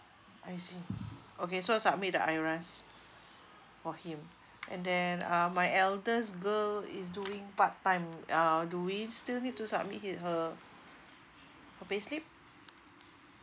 I see okay so submit the IRAS for him and then uh my eldest girl is doing part time uh do we still need to submit it her her payslip